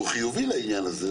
הוא חיובי לעניין הזה,